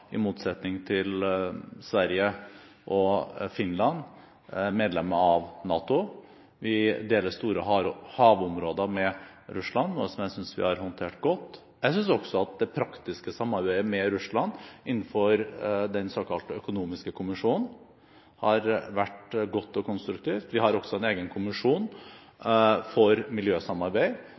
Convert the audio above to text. i motsetning til Sverige og Finland medlem av NATO, og vi deler store havområder med Russland, noe som jeg synes vi har håndtert godt. Jeg synes også at det praktiske samarbeidet med Russland innenfor den såkalte økonomiske kommisjon har vært godt og konstruktivt. Vi har også en egen kommisjon for miljøsamarbeid.